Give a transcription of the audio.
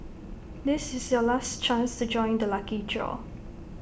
this is your last chance to join the lucky draw